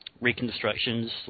reconstructions